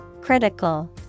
Critical